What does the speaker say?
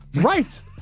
Right